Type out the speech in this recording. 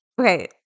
okay